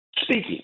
speaking